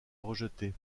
rejetée